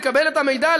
לקבל את המידע,